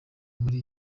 muri